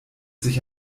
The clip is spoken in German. sich